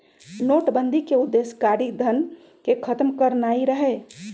नोटबन्दि के उद्देश्य कारीधन के खत्म करनाइ रहै